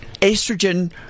estrogen